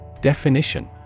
Definition